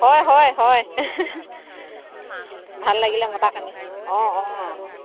হয় হয় হয় ভাল লাগিলে মতাৰ কাৰণে অঁ অঁ